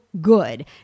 good